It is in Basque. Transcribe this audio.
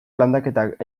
landaketak